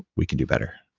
we can do better.